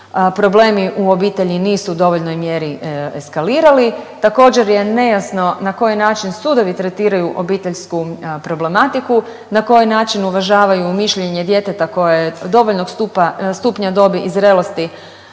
problemi u obitelji nisu u dovoljnoj mjeri eskalirali. Također je nejasno na koji način sudovi tretiraju obiteljsku problematiku, na koji način uvažavaju mišljenje djeteta koje je dovoljnog stupnja dobi i zrelosti